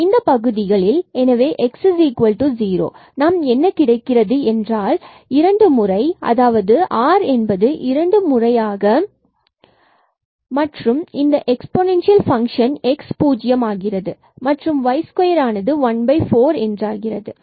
இந்த பகுதிகளில் x0 நமக்கு என்ன கிடைக்கிறது என்றால் இரண்டு முறை அதாவது ஆர் r என்பது இரு முறையாக மற்றும் இந்த எக்பொனெண்சியல் பங்க்ஷன் x பூஜ்ஜியம் ஆகிறது மற்றும் y2 is 14 என்பது ஆகிறது